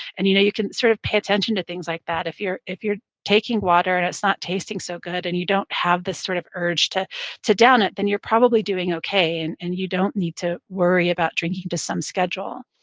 and you know you can sort of pay attention to things like that if you're if you're taking water and it's not tasting so good and you don't have the sort of urge to to down it, then you're probably doing okay and and you don't need to worry about drinking to some schedule